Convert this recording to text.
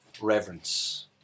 reverence